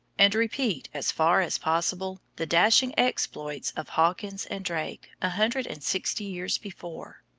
and repeat as far as possible the dashing exploits of hawkins and drake a hundred and sixty years before.